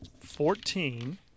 fourteen